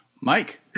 Mike